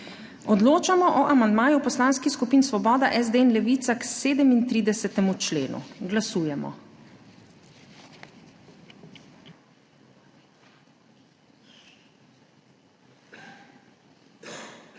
Odločamo o amandmaju Poslanskih skupin Svoboda, SD in Levica k 29. členu. Glasujemo.